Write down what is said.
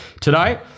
Today